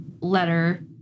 letter